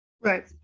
Right